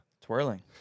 twirling